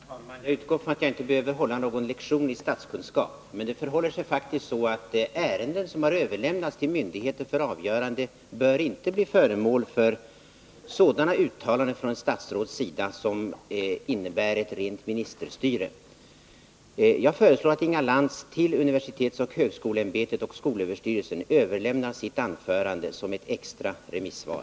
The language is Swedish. Herr talman! Jag utgår från att jag inte behöver hålla någon lektion i statskunskap, men det förhåller sig faktiskt så att ärenden som har överlämnats till myndigheter för avgörande inte bör bli föremål för sådana uttalanden av ett statsråd som innebär att det blir fråga om ett rent ministerstyre. Jag föreslår att Inga Lantz till universitetsoch högskoleämbetet och skolöverstyrelsen överlämnar sitt anförande som ett extra remissvar.